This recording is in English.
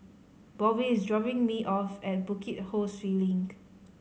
Bobbie is dropping me off at Bukit Ho Swee Link